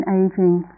aging